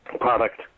product